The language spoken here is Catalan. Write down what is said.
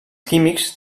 químics